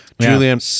Julian